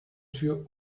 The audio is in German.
tür